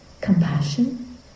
compassion